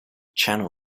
channel